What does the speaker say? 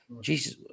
Jesus